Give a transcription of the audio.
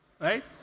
right